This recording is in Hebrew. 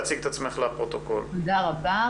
תודה רבה.